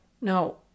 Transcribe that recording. no